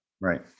Right